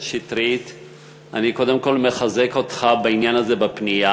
אני קודם כול מחזק אותך בפנייה